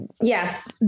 Yes